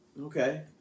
Okay